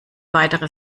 weitere